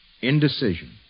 Indecision